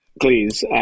please